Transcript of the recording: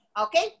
Okay